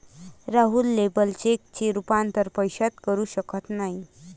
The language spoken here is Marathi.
राहुल लेबर चेकचे रूपांतर पैशात करू शकत नाही